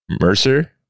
Mercer